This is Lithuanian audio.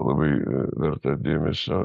labai a verta dėmesio